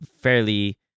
fairly